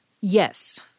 Yes